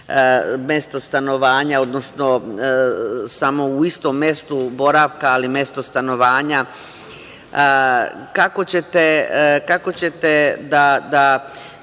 mesto stanovanja, odnosno samo u istom mestu boravka, ali mesto stanovanja? Kako ćete da